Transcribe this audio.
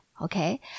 Okay